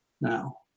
now